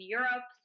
Europe